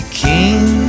king